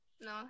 no